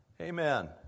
Amen